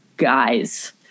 guys